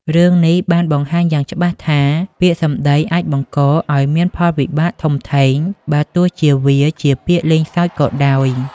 រឿងនេះបានបង្ហាញយ៉ាងច្បាស់ថា ពាក្យសម្តីអាចបង្កឱ្យមានផលវិបាកធំធេង បើទោះជាវាជាពាក្យលេងសើចក៏ដោយ។